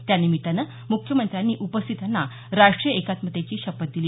त्यानिमित्तानं मुख्यमंत्र्यांनी उपस्थितांना राष्ट्रीय एकात्मतेची शपथ दिली